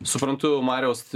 suprantu mariaus